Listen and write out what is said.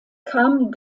kam